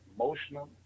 emotional